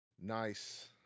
nice